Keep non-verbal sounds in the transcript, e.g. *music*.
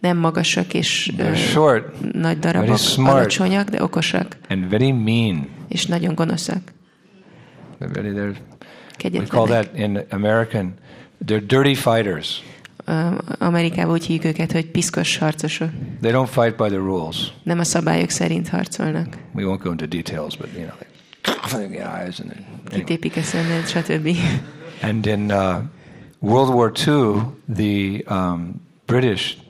Nem magasak és, They're uh, short, nagy very darabok, smart, alacsonyak, de okosak. and very mean. És nagyon gonoszak. They're very- they're- we call Kegyetlenek. that in American- they're dirty fighters. Uh, Amerikában úgy hívjuk őket, hogy piszkos harcosok. They don't fight by the rules. Nem a szabályok szerint harcolnak. We won't go into details, but, you know, they- *coughs* in the eyes and then- anyway. Kitépik a szemed, stb. *laughs* And in, uh, World War II the, um, British